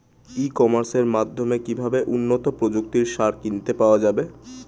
ই কমার্সের মাধ্যমে কিভাবে উন্নত প্রযুক্তির সার কিনতে পাওয়া যাবে?